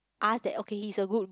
us that okay he's a good